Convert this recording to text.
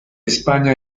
españa